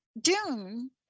Dune